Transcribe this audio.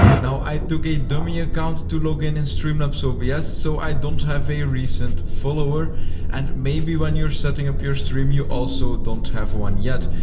now, i took a dummy account to log in in streamlabs so obs, ah so i don't have a recent follower and maybe when you're setting up your stream, you also don't have one yet.